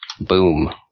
boom